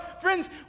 Friends